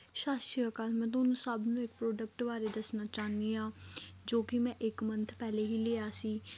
ਸਤਿ ਸ਼੍ਰੀ ਅਕਾਲ ਮੈਂ ਤੁਹਾਨੂੰ ਸਭ ਨੂੰ ਇੱਕ ਪ੍ਰੋਡਕਟ ਬਾਰੇ ਦੱਸਣਾ ਚਾਹੁੰਦੀ ਹਾਂ ਜੋ ਕਿ ਮੈਂ ਇੱਕ ਮੰਨਥ ਪਹਿਲੇ ਹੀ ਲਿਆ ਸੀ